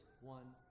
one